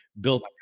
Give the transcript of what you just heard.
built